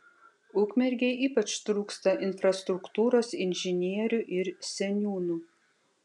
ukmergei ypač trūksta infrastruktūros inžinierių ir seniūnų